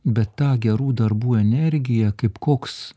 bet ta gerų darbų energija kaip koks